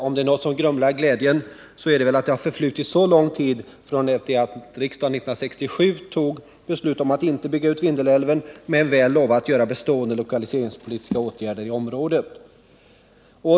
Om det är något som grumlar glädjen är det att det har förflutit så lång tid sedan riksdagen 1967 fattade beslut om att inte bygga ut Vindelälven men väl lovade vidta bestående lokaliseringspolitiska åtgärder i området.